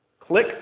Click